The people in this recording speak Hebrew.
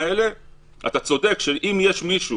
אתה צודק בזה שאם יש מישהו